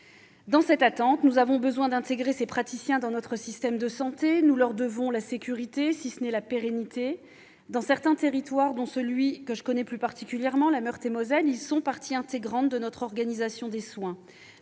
Dans cette attente, nous avons besoin d'intégrer ces praticiens dans notre système de santé. Nous leur devons la sécurité, si ce n'est la pérennité. Dans certains territoires, dont celui que je connais plus particulièrement, la Meurthe-et-Moselle, ils sont partie intégrante de notre organisation des soins.